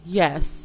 yes